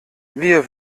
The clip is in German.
wir